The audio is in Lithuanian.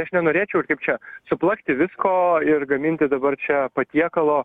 aš nenorėčiau kaip čia suplakti visko ir gaminti dabar čia patiekalo